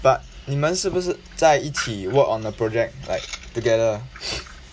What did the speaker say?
but 你们是不是在一起 work on the project like together